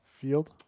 Field